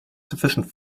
sufficient